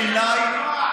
בעיניי,